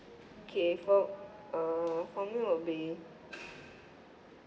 okay for err for me will be